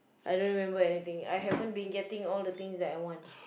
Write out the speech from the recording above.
I don't remember anything I haven't been getting all the things that I want